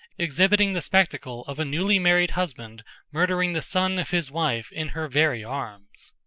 exhibiting the spectacle of a newly-married husband murdering the son of his wife in her very arms!